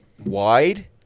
wide